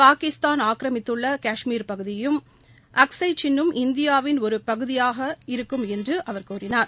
பாகிஸ்தான் ஆக்கிரமித்துள்ள காஷ்மீர் பகுதியும் அக்சை சின் னும் இந்தியாவின் ஒரு பகுதியாகும் என்று அவர் கூறினார்